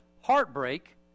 heartbreak